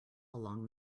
along